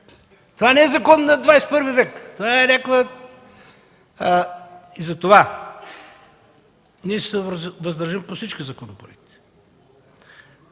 Това не е закон на 21 век. Затова ние ще се въздържим по всички законопроекти.